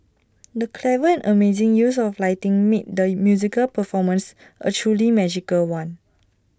the clever and amazing use of lighting made the musical performance A truly magical one